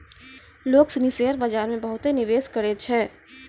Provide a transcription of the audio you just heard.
लोग सनी शेयर बाजार मे बहुते निवेश करै छै